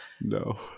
No